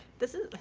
this is.